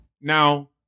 Now